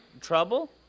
Trouble